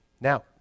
Now